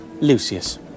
Lucius